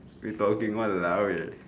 you talking !walao! eh